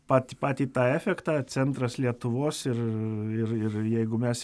patį patį tą efektą centras lietuvos ir ir ir jeigu mes